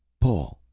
paul,